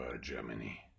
Germany